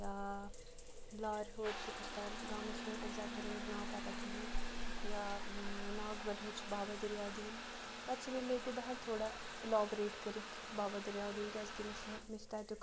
یا لارِ ہور چھِ کُستام گام چھِنہٕ ایٚکزیکٹ تمیُک ناو پَتہ کِہیٖنۍ یا ناگ وَل ہیوٚر چھِ بابا دریاو دیٖن تَتہِ چھِ رِلیٹِو بہٕ ہٮ۪کہٕ تھوڑا اِلابریٹ کٔرِتھ بابا دریاو دیٖن کیٛازِکہِ مےٚ چھِ مےٚ چھِ تَتیُک